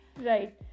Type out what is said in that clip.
right